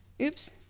Oops